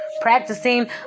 practicing